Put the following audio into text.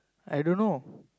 I don't know